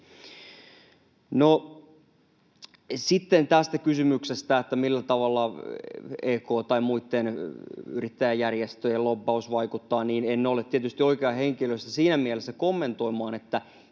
sitten tästä kysymyksestä, millä tavalla EK:n tai muitten yrittäjäjärjestöjen lobbaus vaikuttaa: En ole tietysti oikea henkilö sitä siinä mielessä kommentoimaan, että